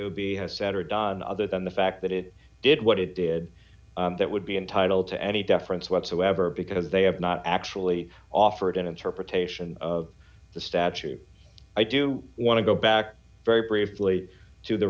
o b has said or done other than the fact that it did what it did that would be entitled to any difference whatsoever because they have not actually offered an interpretation of the statue i do want to go back very briefly to the